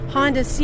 Honda